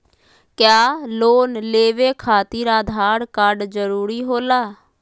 क्या लोन लेवे खातिर आधार कार्ड जरूरी होला?